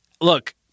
look